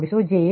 02j 0